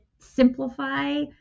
simplify